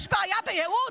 יש בעיה בייעוץ?